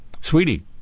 sweetie